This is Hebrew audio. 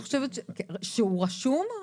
שהוא רשום?